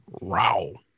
row